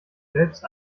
selbst